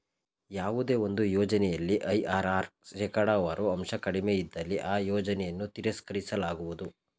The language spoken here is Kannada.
ಯಾವುದೇ ಒಂದು ಯೋಜನೆಯಲ್ಲಿ ಐ.ಆರ್.ಆರ್ ಶೇಕಡವಾರು ಅಂಶ ಕಡಿಮೆ ಇದ್ದಲ್ಲಿ ಆ ಯೋಜನೆಯನ್ನು ತಿರಸ್ಕರಿಸಲಾಗುವುದು